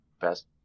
best